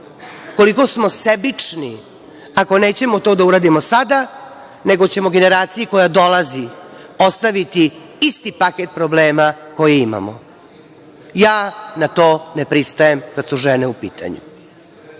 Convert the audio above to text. koliko smo sebični ako nećemo to da uradimo sada, nego ćemo generaciji koja dolazi ostaviti isti paket problema koji imamo. Ja na to ne pristajem kada su žene u pitanju. Cela